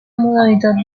modalitat